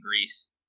Greece